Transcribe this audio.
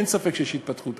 אין ספק שיש התפתחות,